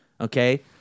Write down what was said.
Okay